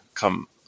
come